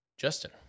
Justin